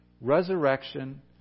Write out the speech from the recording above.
Resurrection